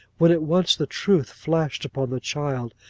when at once the truth flashed upon the child,